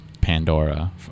Pandora